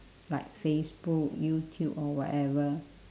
like facebook youtube or whatever